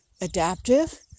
adaptive